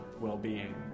well-being